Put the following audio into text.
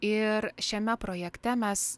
ir šiame projekte mes